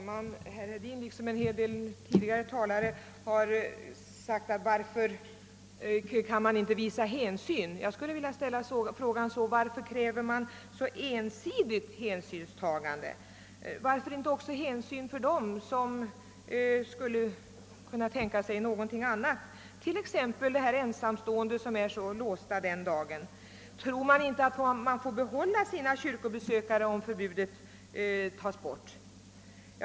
Herr talman! Herr Hedin liksom flera tidigare talare har sagt: Varför kan man inte visa hänsyn? Jag skulle vilja ställa frågan på ett annat sätt: Varför kräver man ett så ensidigt hänsynstagande? Varför inte också visa hänsyn till dem som skulle kunna tänka sig någonting annat, t.ex. de ensamstående som är så låsta dessa dagar? Tror man inte att man får behålla sina kyrkobesökare om förbudet tas bort?